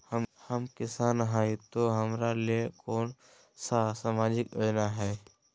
हम किसान हई तो हमरा ले कोन सा सामाजिक योजना है?